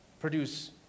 produce